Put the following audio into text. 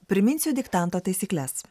priminsiu diktanto taisykles